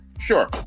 Sure